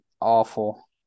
awful